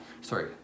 Sorry